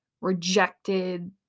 rejected